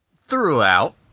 throughout